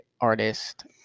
artist